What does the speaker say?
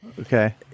Okay